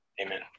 amen